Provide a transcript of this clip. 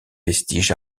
vestiges